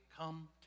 come